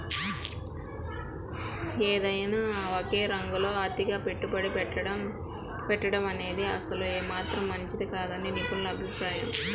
ఏదైనా ఒకే రంగంలో అతిగా పెట్టుబడి పెట్టడమనేది అసలు ఏమాత్రం మంచిది కాదని నిపుణుల అభిప్రాయం